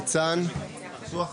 (הישיבה נפסקה בשעה 10:50 ונתחדשה